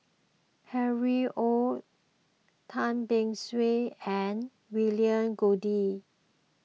Harry Ord Tan Beng Swee and William Goode